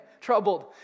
troubled